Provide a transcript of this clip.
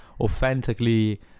authentically